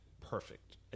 perfect